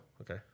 okay